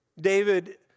David